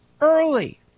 early